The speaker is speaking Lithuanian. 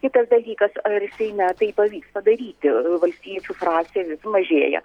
kitas dalykas ar seime tai pavyks padaryti valstiečių frakcija vis mažėja